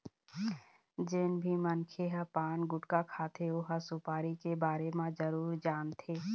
जेन भी मनखे ह पान, गुटका खाथे ओ ह सुपारी के बारे म जरूर जानथे